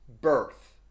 birth